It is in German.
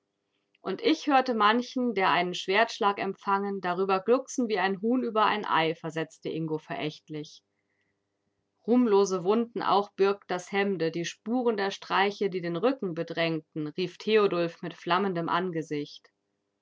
und ich hörte manchen der einen schwertschlag empfangen darüber glucksen wie ein huhn über ein ei versetzte ingo verächtlich ruhmlose wunden auch birgt das hemde die spuren der streiche die den rücken bedrängten rief theodulf mit flammendem angesicht